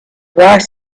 rice